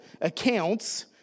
accounts